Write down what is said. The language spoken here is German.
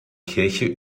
kirche